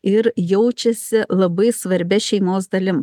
ir jaučiasi labai svarbia šeimos dalim